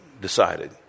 decided